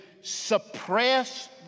suppress